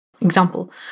example